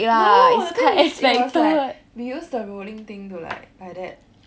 no then it was we use the rolling thing to like like that